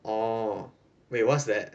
orh wait what's that